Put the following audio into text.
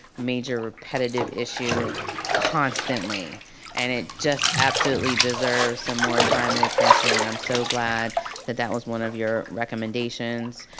major, repetitive issue constantly and it just absolutely deserves some more time and attention and i'm so glad that that was one of your recommendations.